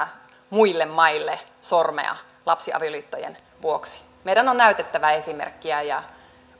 muille maille sormea lapsiavioliittojen vuoksi meidän on näytettävä esimerkkiä ja